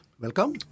welcome